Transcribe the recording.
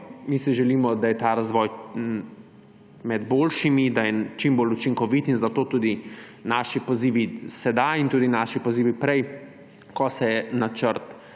in si želimo, da je ta razvoj med boljšimi, da je čim bolj učinkovit in zato tudi naši pozivi sedaj in tudi naši pozivi prej, ko se je načrt